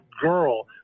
girl